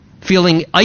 feeling